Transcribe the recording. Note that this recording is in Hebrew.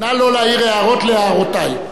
נא לא להעיר הערות על הערותי.